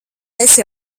esi